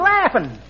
Laughing